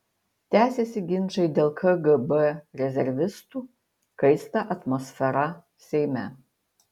tęsiasi ginčai dėl kgb rezervistų kaista atmosfera seime